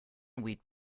we’d